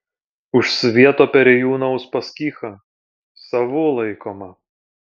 už svieto perėjūną uspaskichą savu laikomą